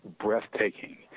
breathtaking